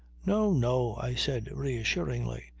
no no! i said reassuringly.